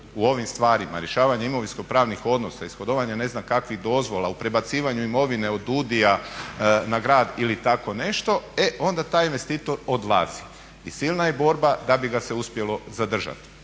u ovim stvarima rješavanje imovinsko-pravnih odnosa, ishodovanje ne znam kakvih dozvola, u prebacivanju imovine od DUDI-a na grad ili tako nešto. E onda taj investitor odlazi i silna je borba da bi ga se uspjelo zadržati.